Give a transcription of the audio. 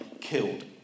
killed